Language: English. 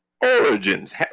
Origins